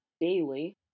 daily